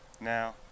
Now